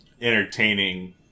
Entertaining